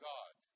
God